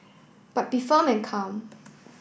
but be firm and calm